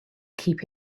keep